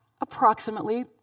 approximately